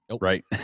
Right